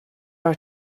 our